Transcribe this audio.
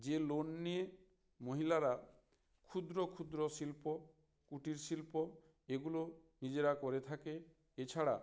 যে লোন নিয়ে মহিলারা ক্ষুদ্র ক্ষুদ্র শিল্প কুটির শিল্প এগুলো নিজেরা করে থাকে এছাড়া